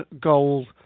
gold